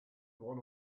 one